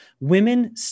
women